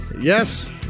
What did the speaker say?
Yes